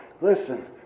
listen